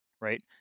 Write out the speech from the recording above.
right